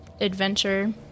Adventure